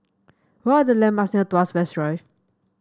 what are the landmarks near Tuas West Drive